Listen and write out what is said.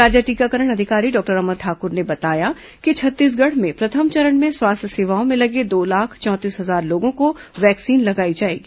राज्य टीकाकरण अधिकारी डॉक्टर अमर सिंह ठाक्र ने बताया कि छत्तीसगढ़ में प्रथम चरण में स्वास्थ्य सेवाओं में लगे दो लाख चौंतीस हजार लोगों को वैक्सीन लगाई जाएगी